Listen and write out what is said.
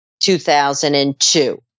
2002